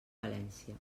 valència